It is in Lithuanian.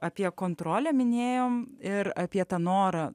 apie kontrolę minėjome ir apie tą norą